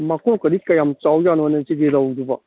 ꯃꯀꯣꯛꯀꯗꯤ ꯀꯌꯥꯝ ꯆꯥꯎꯖꯥꯠꯅꯣꯅꯦ ꯁꯤꯒꯤ ꯔꯧꯗꯨꯕꯣ